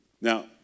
Now